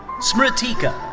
smritika.